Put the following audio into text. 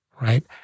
right